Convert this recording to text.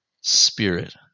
spirit